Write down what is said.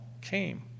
came